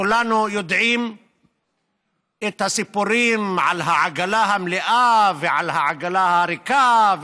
כולנו יודעים את הסיפורים על העגלה המלאה ועל העגלה הריקה,